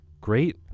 Great